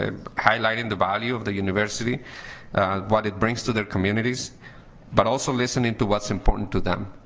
ah highlighting the value of the university what it brings to their communities but also listening to what's important to them